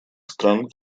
стран